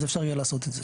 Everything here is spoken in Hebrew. אז אפשר יהיה לעשות את זה.